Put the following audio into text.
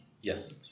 Yes